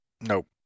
Nope